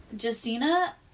Justina